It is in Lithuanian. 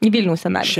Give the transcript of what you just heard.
į vilniaus senamies